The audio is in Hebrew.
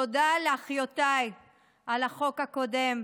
תודה לאחיותיי על החוק הקודם.